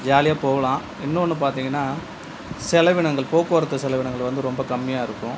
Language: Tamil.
ஜாலியாக போகலாம் இன்னொன்னு பார்த்திங்கன்னா செலவினங்கள் போக்குவரத்து செலவினங்கள் வந்து ரொம்ப கம்மியாக இருக்கும்